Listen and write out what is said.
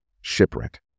Shipwreck